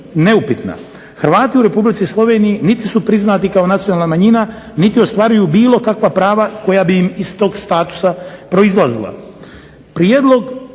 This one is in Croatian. neupitna Hrvati u Republici Sloveniji niti su priznati kao nacionalna manjina niti ostvaruju bilo kakva prava koja bi im iz tog statusa proizlazila. Prijedlog